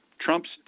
Trump's